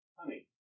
honey